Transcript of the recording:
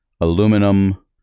aluminum